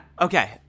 Okay